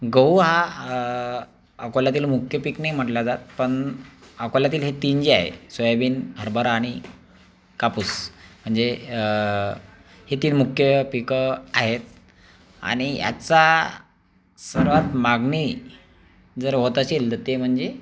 गहू हा अकोल्यातील मुख्य पीक नाही म्हटलं जात पण अकोल्यातील ते ही आहे सोयाबीन हरभरा आणि कापूस म्हणजे हि तीन मुख्य पीकं आहेत आणि यांचा सर्वात मागणी जर होत असेल ते म्हणजे